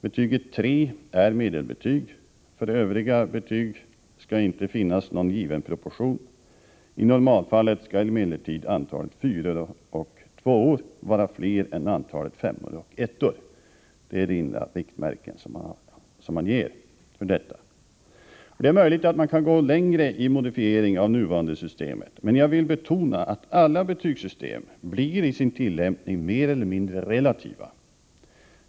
Betyget tre är medelbetyg. För övriga betyg skall inte finnas någon given proportion. I normalfallet skall emellertid antalet fyror och tvåor vara fler än antalet femmor och ettor. Dessa är de enda riktmärken som ges för betygsättningen. Det är möjligt att man kan gå längre i modifieringen av det nu gällande systemet, men jag vill betona att alla betygssystem i sin tillämpning blir mer eller mindre relativa.